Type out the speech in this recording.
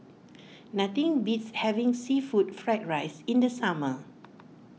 nothing beats having Seafood Fried Rice in the summer